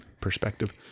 perspective